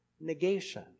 negation